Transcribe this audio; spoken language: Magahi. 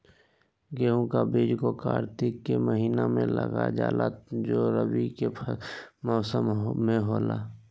गेहूं का बीज को कार्तिक के महीना में लगा जाला जो रवि के मौसम में होला